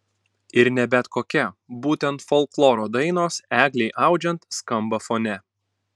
ir ne bet kokia būtent folkloro dainos eglei audžiant skamba fone